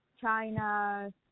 China